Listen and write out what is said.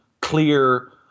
clear